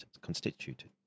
constituted